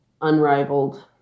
unrivaled